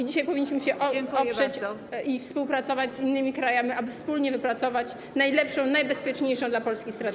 i dzisiaj powinniśmy się oprzeć i współpracować z innymi krajami, aby wspólnie wypracować najlepszą, najbezpieczniejszą dla Polski strategię.